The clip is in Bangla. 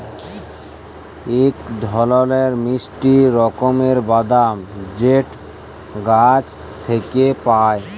ইক ধরলের মিষ্টি রকমের বাদাম যেট গাহাচ থ্যাইকে পায়